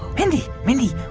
mindy, mindy,